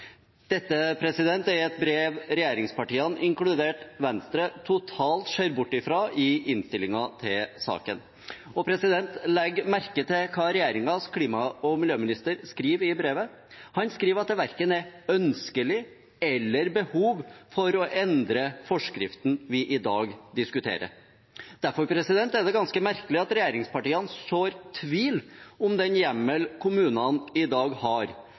Dette er et brev regjeringspartiene, inkludert Venstre, totalt ser bort fra i innstillingen til saken. Legg merke til hva regjeringens klima- og miljøminister skriver i brevet. Han skriver at det verken er ønskelig eller behov for å endre forskriften vi i dag diskuterer. Derfor er det ganske merkelig at regjeringspartiene sår tvil om den hjemmelen kommunene i dag har,